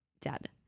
dead